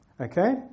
Okay